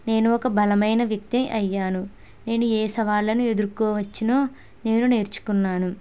నేను ఒక బలమైన వ్యక్తి అయ్యాను నేను ఏ సవాళ్లను ఎదుర్కోవచ్చునో నేను నేర్చుకున్నాను